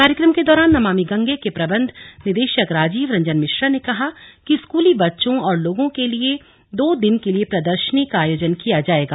कार्यक्रम के दौरान नमामि गंगे के प्रबंध निदेशक राजीव रंजन मिश्रा ने कहा कि स्कूली बच्चों और लोगों के लिए दो दिन के लिये प्रदर्शनी का आयोजन किया जाएगा